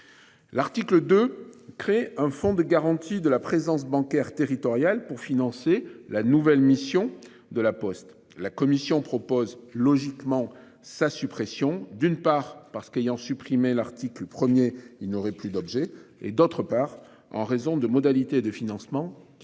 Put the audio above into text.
L'article de créer un fonds de garantie de la présence bancaire territoriale pour financer la nouvelle mission de la Poste. La commission propose logiquement sa suppression, d'une part parce qu'ayant supprimé l'article 1er, il n'aurait plus d'objets et d'autre part en raison de modalités de financement critiquable.